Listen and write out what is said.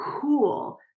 cool